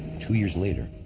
two years later,